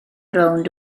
rownd